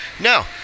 No